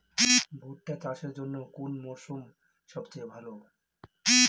ভুট্টা চাষের জন্যে কোন মরশুম সবচেয়ে ভালো?